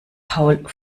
paul